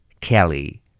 Kelly